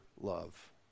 love